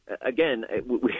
again